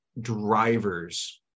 drivers